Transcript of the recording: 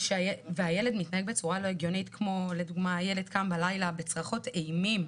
והילד מתנהג בצורה לא הגיונית כמו לדוגמה הילד קם בלילה בצרחות אימים,